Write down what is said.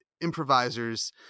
improvisers